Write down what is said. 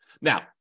Now